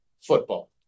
football